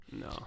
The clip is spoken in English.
No